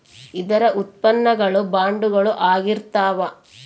ಇದರ ಉತ್ಪನ್ನ ಗಳು ಬಾಂಡುಗಳು ಆಗಿರ್ತಾವ